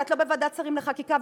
אבל את לא בוועדת שרים לחקיקה,